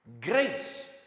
grace